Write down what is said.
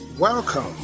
Welcome